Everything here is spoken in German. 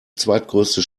zweitgrößte